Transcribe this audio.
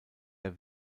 der